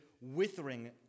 withering